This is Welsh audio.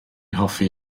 hoffi